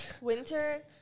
Winter